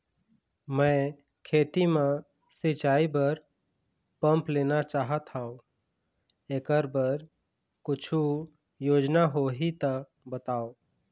मैं खेती म सिचाई बर पंप लेना चाहत हाव, एकर बर कुछू योजना होही त बताव?